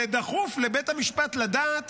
זה דחוף לבית המשפט לדעת